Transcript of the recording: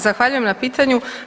Zahvaljujem na pitanju.